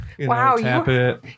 Wow